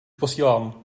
posílám